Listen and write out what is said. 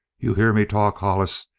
you hear me talk, hollis.